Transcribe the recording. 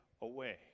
away